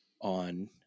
on